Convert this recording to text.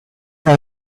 have